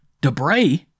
Debray